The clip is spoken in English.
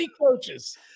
coaches